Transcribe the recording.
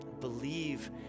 Believe